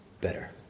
better